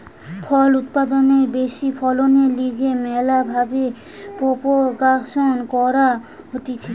ফল উৎপাদনের ব্যাশি ফলনের লিগে ম্যালা ভাবে প্রোপাগাসন ক্যরা হতিছে